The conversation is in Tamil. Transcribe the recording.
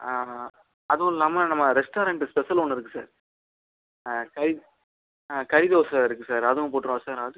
அதுவும் இல்லாமல் நம்ம ரெஸ்ட்டாரண்ட்டு ஸ்பெஷல் ஒன்று இருக்குது சார் கறி கறி தோசை இருக்குது சார் அதுவும் போட்டுருவா சார் ஆட்ரு